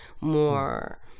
more